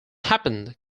happened